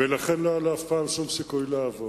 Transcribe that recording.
ולכן לא היה לו אף פעם סיכוי לעבור.